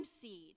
seed